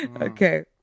Okay